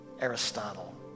Aristotle